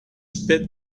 spit